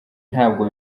ntabwo